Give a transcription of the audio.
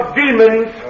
demons